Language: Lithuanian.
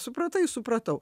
supratai supratau